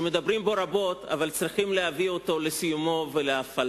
שמדברים בו רבות אבל צריך להביא אותו לסיום ולהפעלה.